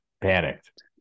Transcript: panicked